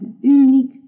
unique